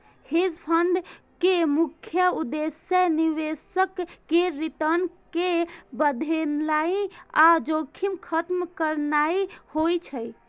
hedge fund के मुख्य उद्देश्य निवेशक केर रिटर्न कें बढ़ेनाइ आ जोखिम खत्म करनाइ होइ छै